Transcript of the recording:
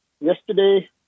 yesterday